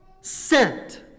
sent